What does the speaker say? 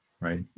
right